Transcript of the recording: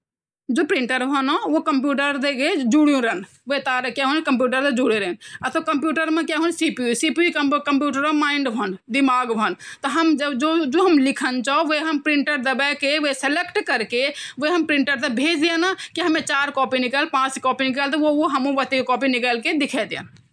उन तह जु जानवर हौंना वे अपह जानवरो तेह बहुत प्यार कण पर जन हाथी छिन तह हाथी जब यूं पर क्वे मरी जन तह हाथी अपह मर्या वे थे चोरी न ची वे के चारो तरफ हाथी ऐ के खड़ा वे जान |